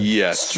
yes